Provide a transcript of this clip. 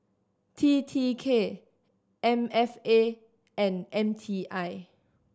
T T K M F A and M T I